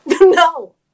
No